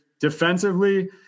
defensively